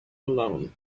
alone